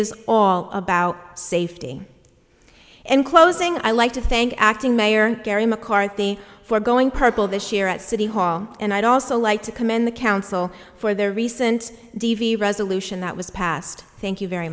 is all about safety and closing i'd like to thank acting mayor gary mccarthy for going purple this year at city hall and i'd also like to commend the council for their recent d v resolution that was passed thank you very